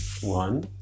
one